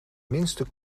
minste